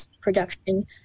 production